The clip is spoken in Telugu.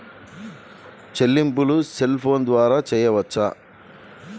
చెల్లింపులు సెల్ ఫోన్ ద్వారా చేయవచ్చా?